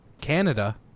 canada